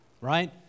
right